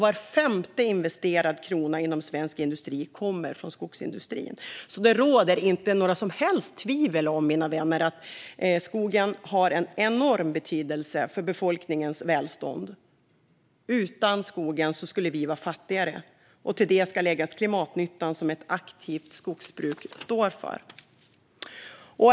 Var femte investerad krona inom svensk industri kommer från skogsindustrin. Det råder alltså inte några som helst tvivel, mina vänner, om att skogen har en enorm betydelse för befolkningens välstånd. Utan skogen skulle vi vara fattigare. Till detta ska läggas klimatnyttan som ett aktivt skogsbruk står för.